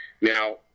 now